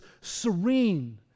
serene